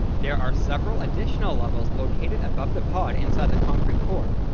there are several additional levels located above the pod inside the concrete core,